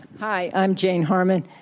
hi. i'm jane harmon.